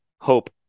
Hope